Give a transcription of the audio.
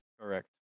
Correct